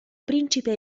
principe